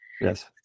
yes